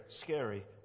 scary